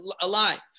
alive